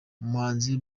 umuhanzi